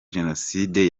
jenoside